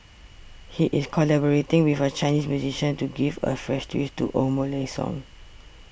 he is collaborating with a Chinese musician to give a fresh twist to old Malay songs